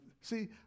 see